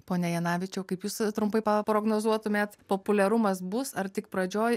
pone janavičiau kaip jūs trumpai paprognozuotumėt populiarumas bus ar tik pradžioj